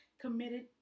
committed